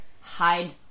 hide